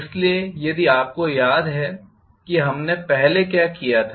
इसलिए यदि आपको याद है कि हमने पहले क्या किया था